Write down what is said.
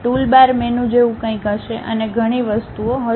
toolbar menu જેવું કંઈક હશે અને ઘણી વસ્તુઓ હશે